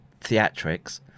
theatrics